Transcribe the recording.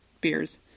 beers